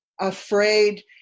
Afraid